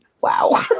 Wow